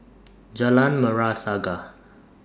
Jalan Merah Saga